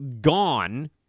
gone